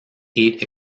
eight